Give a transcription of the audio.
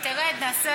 תרד, נעשה